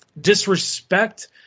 Disrespect